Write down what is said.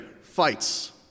fights